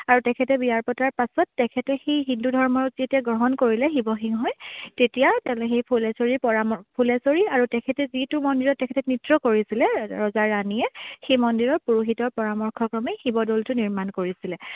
আৰু তেখেতে বিয়া পতাৰ পাছত তেখেতে সেই হিন্দু ধৰ্ম যেতিয়া গ্ৰহণ কৰিলে শিৱসিংহই তেতিয়া সেই ফুলেশ্বৰীৰ পৰাম ফুলেশ্বৰী আৰু তেখেতে যিটো মন্দিৰত তেখেতে নৃত্য কৰিছিলে ৰজাৰ ৰাণীয়ে সেই মন্দিৰৰ পুৰুহিতৰ পৰামৰ্শ ক্ৰমে শিৱদ'লটো নিৰ্মাণ কৰিছিলে